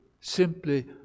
simply